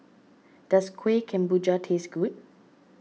does Kuih Kemboja taste good